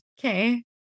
Okay